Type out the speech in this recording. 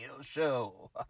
show